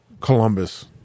Columbus